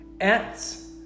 Ants